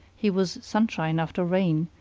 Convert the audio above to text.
he was sunshine after rain,